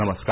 नमस्कार